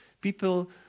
people